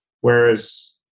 whereas